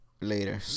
later